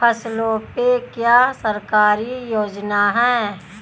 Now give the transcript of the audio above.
फसलों पे क्या सरकारी योजना है?